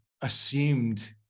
assumed